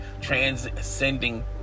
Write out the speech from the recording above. transcending